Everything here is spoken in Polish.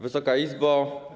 Wysoka Izbo!